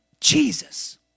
Jesus